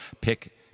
pick